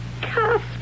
cast